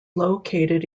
located